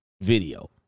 video